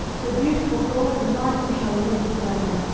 the beautiful golden life we shall live together!